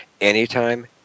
anytime